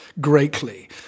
greatly